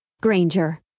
Granger